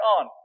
on